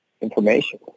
information